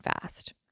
fast